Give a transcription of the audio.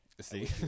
See